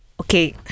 Okay